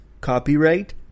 Copyright